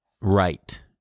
Right